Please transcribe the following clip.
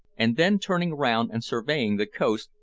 and then turning round and surveying the coast,